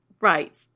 right